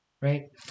right